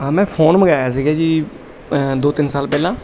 ਹਾਂ ਮੈਂ ਫ਼ੋਨ ਮੰਗਵਾਇਆ ਸੀਗਾ ਜੀ ਦੋ ਤਿੰਨ ਸਾਲ ਪਹਿਲਾਂ